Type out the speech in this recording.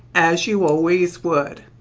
as you always would.